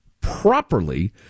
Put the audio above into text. properly